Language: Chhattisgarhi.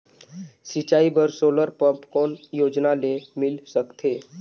सिंचाई बर सोलर पम्प कौन योजना ले मिल सकथे?